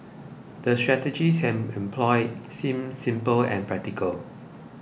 the strategies he employed seemed simple and practical